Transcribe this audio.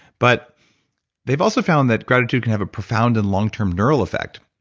but they've also found that gratitude can have a profound and long-term neural effect,